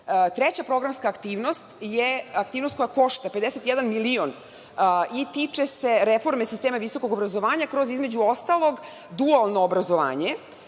programska aktivnost je aktivnost koja košta 51 milion i tiče se reforme sistema visokog obrazovanja, kroz, između ostalog, dualno obrazovanje.